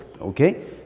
okay